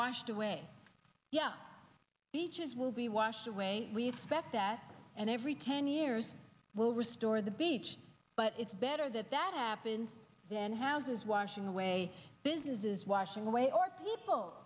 washed away yeah beaches will be washed away we expect that and every ten years will restore the beach but it's better that that happens then houses washing away businesses washing away or people